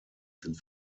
sind